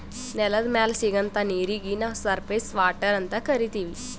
ನೆಲದ್ ಮ್ಯಾಲ್ ಸಿಗಂಥಾ ನೀರೀಗಿ ನಾವ್ ಸರ್ಫೇಸ್ ವಾಟರ್ ಅಂತ್ ಕರೀತೀವಿ